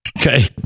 okay